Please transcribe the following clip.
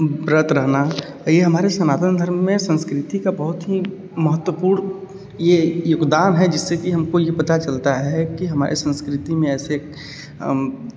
व्रत रहना ये हमारे सनातन धर्म में संस्कृति का बहुत ही महत्वपूर्ण ये योगदान है जिससे कि हमको ये पता चलता है कि हमारे संस्कृति में ऐसे